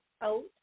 out